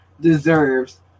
deserves